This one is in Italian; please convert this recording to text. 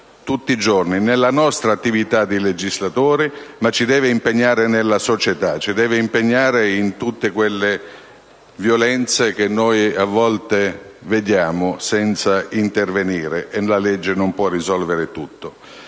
tutti i giorni nella nostra attività di legislatori, ma anche nella società, di fronte a tutte quelle violenze che noi a volte vediamo senza intervenire. La legge non può risolvere tutto.